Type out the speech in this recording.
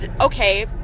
okay